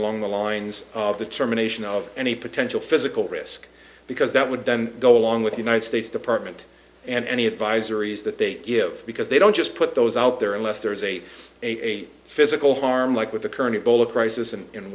along the lines of the terminations of any potential physical risk because that would then go along with the united states department and any advisories that they give because they don't just put those out there unless there is eight eight eight physical harm like with the current ebola crisis and in